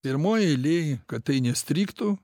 pirmoj eilėj kad tai nestrigtų